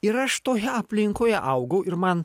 ir aš toje aplinkoje augau ir man